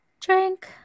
Drink